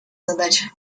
задачи